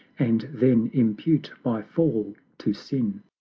and then impute my fall to sin!